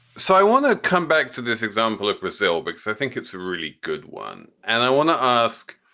so i want to come back to this example of brazil, because i think it's a really good one. and i want to ask,